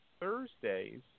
Thursdays